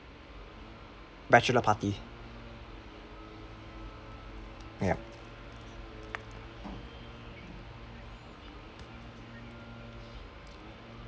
bachelor party yup